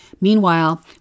Meanwhile